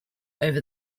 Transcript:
over